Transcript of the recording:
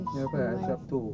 hari sabtu